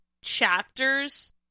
chapters